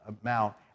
amount